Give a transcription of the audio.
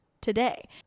today